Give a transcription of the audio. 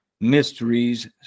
mysteries